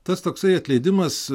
tas toksai atleidimas